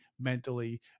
mentally